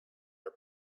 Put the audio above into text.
are